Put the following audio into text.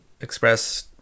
express